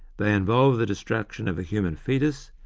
they involve the destruction of a human foetus,